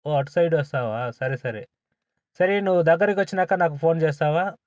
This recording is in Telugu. ఓ అటు సైడ్ వస్తావా సరే సరే సరే నువ్వు దగ్గరికి వచ్చినాక నాకు ఫోన్ చేస్తావా